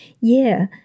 Yeah